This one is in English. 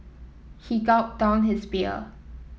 he gulped down his beer